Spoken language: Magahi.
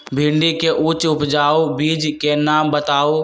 भिंडी के उच्च उपजाऊ बीज के नाम बताऊ?